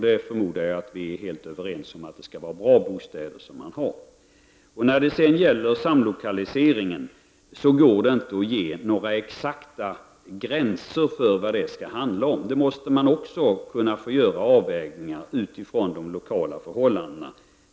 Jag förmodar att vi är överens om att det skall vara fråga om bra bostäder. Beträffande samlokaliseringen går det inte att ange exakta gränser för vad den skall handla om. Det måste få ske avvägningar utifrån lokala förhållanden.